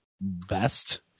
best